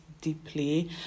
deeply